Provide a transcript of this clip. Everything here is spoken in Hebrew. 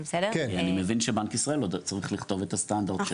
כי אני מבין שבנק ישראל עוד צריך לכתוב את הסטנדרט.